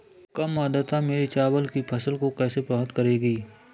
कम आर्द्रता मेरी चावल की फसल को कैसे प्रभावित करेगी?